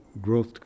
growth